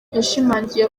yashimangiye